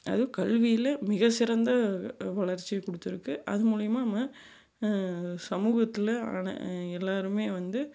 அதுவும் கல்வியில் மிக சிறந்த வளர்ச்சியை கொடுத்துருக்கு அது மூலயமா நம்ம சமூகத்தில் ஆன எல்லோருமே வந்து